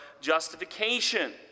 justification